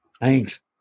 Thanks